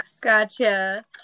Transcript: Gotcha